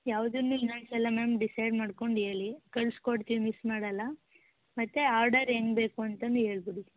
ಯಾವುದನ್ನು ಇನ್ನೊಂದು ಸಲ ಮ್ಯಾಮ್ ಡಿಸೈಡ್ ಮಾಡ್ಕೊಂಡು ಹೇಳಿ ಕಳ್ಸ್ಕೊಡ್ತೀವಿ ಮಿಸ್ ಮಾಡೋಲ್ಲ ಮತ್ತು ಆರ್ಡರ್ ಹೆಂಗ್ ಬೇಕು ಅಂತಂದು ಹೇಳ್ಬುಡಿ